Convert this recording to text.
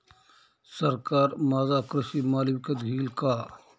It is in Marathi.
सरकार माझा कृषी माल विकत घेईल का?